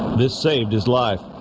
this saved his life